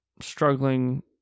struggling